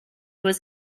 was